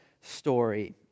story